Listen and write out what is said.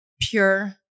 pure